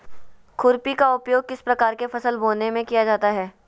खुरपी का उपयोग किस प्रकार के फसल बोने में किया जाता है?